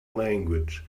language